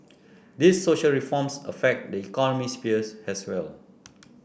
these social reforms affect the economy sphere as well